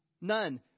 none